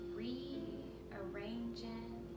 rearranging